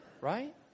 Right